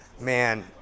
Man